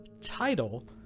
title